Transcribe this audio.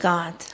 God